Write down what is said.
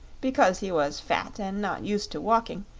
because he was fat and not used to walking,